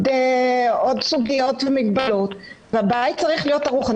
סוגיות ומגבלות והבית צריך להיות ערוך.